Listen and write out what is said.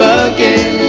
again